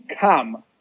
come